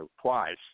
twice